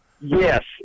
Yes